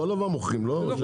כל דבר מוכרים, לא?